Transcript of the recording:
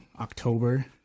October